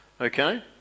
okay